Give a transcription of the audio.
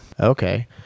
Okay